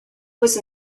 was